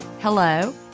hello